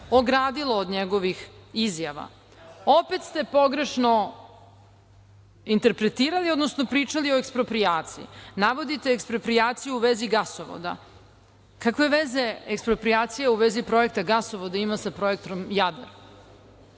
ogradilo od njegovih izjava. Opet ste pogrešno interpretirali, odnosno pričali o eksproprijaciji. Navodite eksproprijaciju u vezi gasovoda. Kakve veze eksproprijacija u vezi Projekta gasovoda ima sa Projektom Jadar?